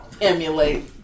emulate